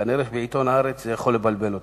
כנראה בעיתון "הארץ" זה יכול לבלבל אותם.